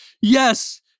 yes